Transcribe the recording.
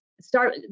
start